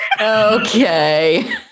Okay